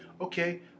Okay